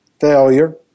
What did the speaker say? failure